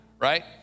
right